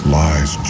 lies